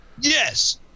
Yes